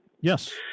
Yes